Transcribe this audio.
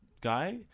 guy